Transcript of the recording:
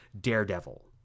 daredevil